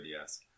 yes